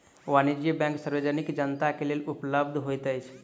वाणिज्य बैंक सार्वजनिक जनता के लेल उपलब्ध होइत अछि